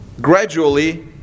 gradually